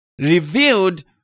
revealed